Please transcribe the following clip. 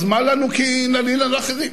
אז מה לנו כי נלין על אחרים?